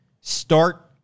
start